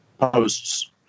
posts